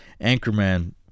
Anchorman